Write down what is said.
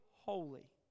holy